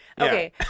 Okay